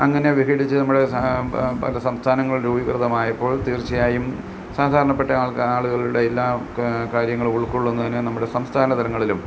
അങ്ങനെ വിഘടിച്ച് നമ്മൾ സംസ്ഥാനങ്ങൾ രൂപീകൃതമായപ്പോൾ തീർച്ചയായും സാധാരണപ്പെട്ട ആളുകളുടെ എല്ലാ കാര്യങ്ങളും ഉൾക്കൊള്ളുന്നതിന് നമ്മുടെ സംസ്ഥാന തലങ്ങളിലും